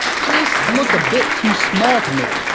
just look a bit too small to me,